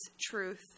truth